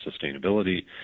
sustainability